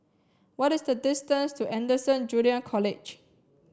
what is the distance to Anderson Junior College